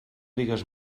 digues